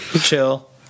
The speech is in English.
chill